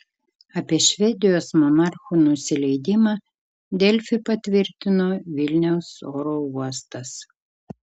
apie švedijos monarchų nusileidimą delfi patvirtino vilniaus oro uostas